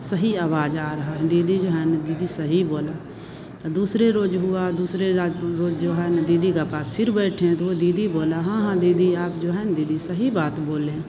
सही आवाज़ आ रही है दीदी जो है ना दीदी सही बोली तो दूसरा रोज़ हुआ दूसरी रात रोज़ जो है ना दीदी का पास फिर बैठे तो वह दीदी बोला हाँ हाँ दीदी आप जो है ना दीदी सही बात बोले हैं